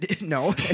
No